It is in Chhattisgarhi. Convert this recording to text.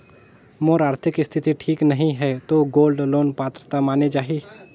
मोर आरथिक स्थिति ठीक नहीं है तो गोल्ड लोन पात्रता माने जाहि?